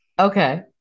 okay